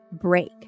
break